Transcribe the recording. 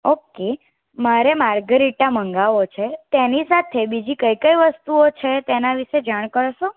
okay મારે margherita મગાવવો છે તેની સાથે બીજી કઈ કઈ વસ્તુઓ છે તેના વિશે જાણ કરશો